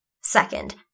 Second